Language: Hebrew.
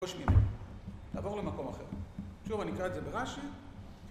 תעבור למקום אחר שוב אני אקרא את זה ברש"י